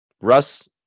russ